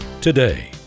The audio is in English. today